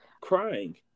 crying